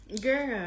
Girl